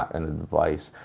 and an advice.